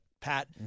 Pat